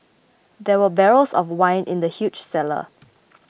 there were barrels of wine in the huge cellar